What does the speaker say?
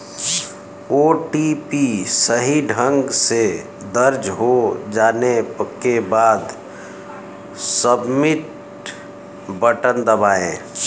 OTP सही ढंग से दर्ज हो जाने के बाद, सबमिट बटन दबाएं